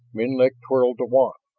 menlik twirled the wand.